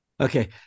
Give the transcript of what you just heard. Okay